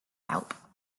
help